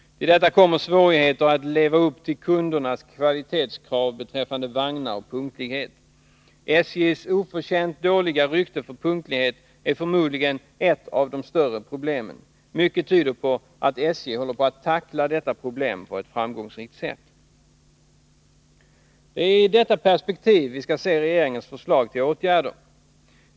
Till detta kommer svårigheter att leva upp till kundernas kvalitetskrav beträffande vagnar och punktlighet. SJ:s oförtjänt dåliga rykte i fråga om punktlighet är förmodligen ett av de större problemen. Mycket tyder på att SJ håller på att tackla detta problem på ett framgångsrikt sätt. Det är i detta perspektiv vi skall se regeringens förslag till åtgärder.